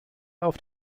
auf